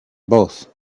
both